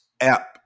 app